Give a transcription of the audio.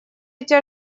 эти